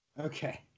okay